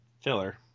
filler